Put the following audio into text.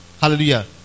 Hallelujah